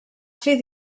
fer